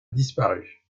disparu